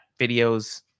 videos